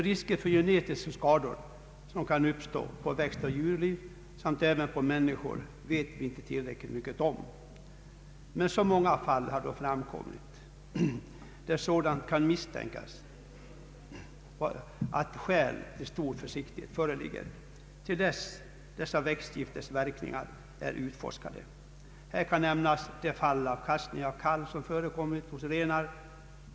Riskerna för genetiska skador på växtoch djurliv samt även på människor vet vi inte tillräckligt mycket om, men så många fall har dock framkommit där sådana skador kan misstänkas, att skäl till stor försiktighet föreligger, till dess sådana växtgifters verkningar är utforskade. Här kan nämnas de fall av kastning av kalv som förekommit hos renar.